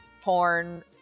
porn